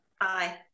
Aye